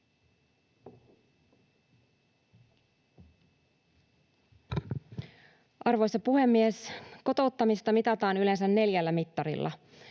Arvoisa puhemies! Kotouttamista mitataan yleensä neljällä mittarilla: